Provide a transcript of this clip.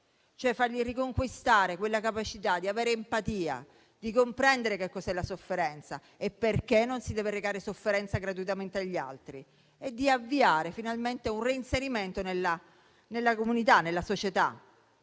cioè fargli riconquistare la capacità di avere empatia, di comprendere cos'è la sofferenza e perché non si deve recare sofferenza gratuitamente agli altri e di avviare finalmente un reinserimento nella società.